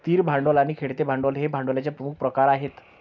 स्थिर भांडवल आणि खेळते भांडवल हे भांडवलाचे प्रमुख प्रकार आहेत